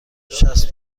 شصت